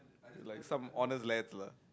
like some honest lads lah